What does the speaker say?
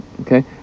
Okay